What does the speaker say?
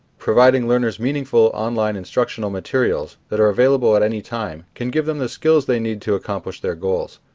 providing learners meaningful online instructional materials that are available at any time can give them the skills they need to accomplish their goals.